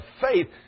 faith